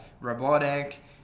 robotic